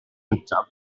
cyntaf